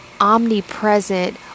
omnipresent